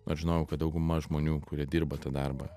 nors žinojau kad dauguma žmonių kurie dirba tą darbą